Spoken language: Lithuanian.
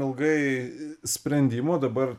ilgai sprendimo dabar